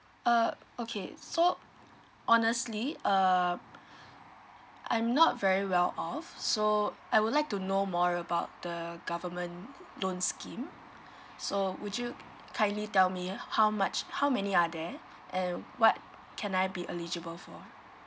err okay so honestly err I'm not very well of so I would like to know more about the government loan scheme so would you kindly tell me how much how many are there and what can I be eligible for